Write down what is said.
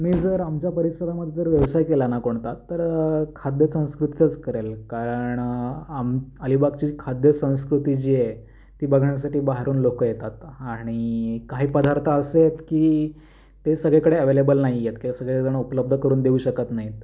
मी जर आमच्या परिसरामध्ये जर व्यवसाय केला ना कोणता तर खाद्य संस्कृतीचाच करेल कारण आम अलीबागची जी खाद्यसंस्कृती जी आहे ती बघण्यासाठी बाहेरून लोक येतात आणि काही पदार्थ असे आहेत की ते सगळीकडे अव्हेलेबल नाही आहेत किंवा सगळेजणं उपलब्ध करून देऊ शकत नाहीत